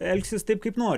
elgsis taip kaip nori